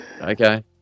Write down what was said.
Okay